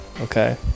okay